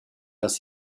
dass